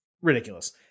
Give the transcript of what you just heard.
ridiculous